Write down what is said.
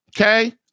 Okay